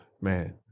Man